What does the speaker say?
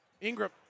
Ingram